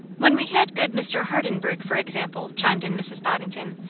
when we had good mr. hardenburgh, for example, chimed in mrs. boddington,